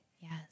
yes